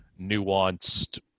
nuanced